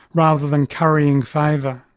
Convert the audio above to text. rather than currying favour.